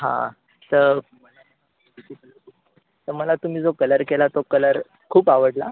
हां तर तर मला तुमी जो कलर केला तो कलर खूप आवडला